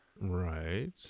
Right